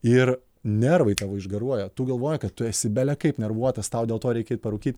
ir nervai tavo išgaruoja tu galvoji kad tu esi bele kaip nervuotas tau dėl to reikia eit parūkyt